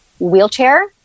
Wheelchair